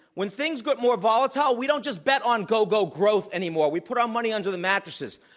when things get more volatile, we don't just bet on go-go-growth any more. we put our money under the mattresses.